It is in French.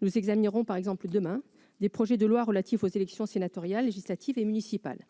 Nous examinerons par exemple, demain, des projets de loi relatifs aux élections sénatoriales, législatives et municipales.